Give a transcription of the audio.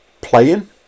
playing